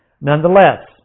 Nonetheless